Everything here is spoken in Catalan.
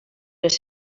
les